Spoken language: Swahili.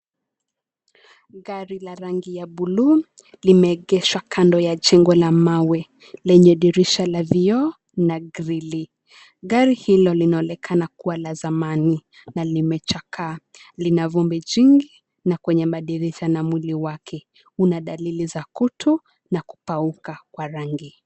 Gari la rangi ya buluu limeegeshwa kando ya jengo la mawe lenye dirisha la vioo na grili . Gari hilo linaonekana kuwa la zamani na limechakaa. Lina vumbi jingi na kwenye madirisha na mwili wake. Una dalili za kutu na kupauka kwa rangi.